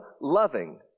loving